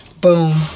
Boom